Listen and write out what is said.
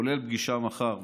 כולל פגישה מחר,